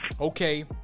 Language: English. okay